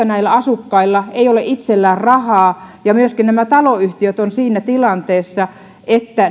näillä asukkailla ei ole itsellään rahaa ja myöskin nämä taloyhtiöt ovat siinä tilanteessa että